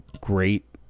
great